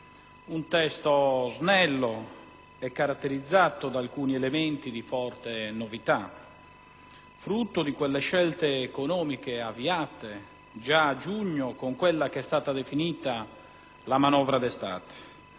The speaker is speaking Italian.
un testo snello e caratterizzato da alcuni elementi di forte novità, frutto di quelle scelte economiche avviate già a giugno con quella che è stata definita la "manovra d'estate"